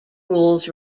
rules